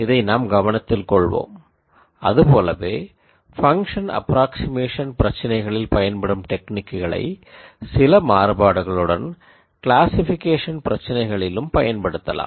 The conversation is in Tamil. இதை நாம் கவனத்தில் கொள்வோம் அதுபோலவே ஃபங்ஷன் அப்ராக்சிமேஷன் பிரச்சினைகளில் பயன்படும் டெக்னிக்குகளை சில மாறுபாடுகளுடன் க்ளாசிக்பிகேஷன் பிரச்சினைகளிலும் பயன்படுத்தலாம்